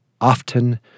often